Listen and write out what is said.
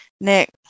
nick